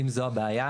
אם זו הבעיה,